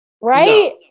Right